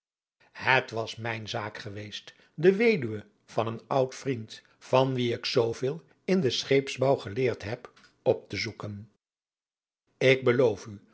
het was mijn zaak geweest de weduwe van een oud vriend van wien ik zooveel in den scheepsbouw geleerd heb op te zoeken ik beloof u